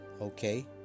okay